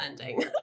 ending